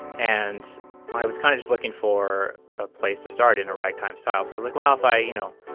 and i was kind of looking for a place to start in a ragtime style, so liquify, you know,